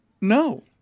no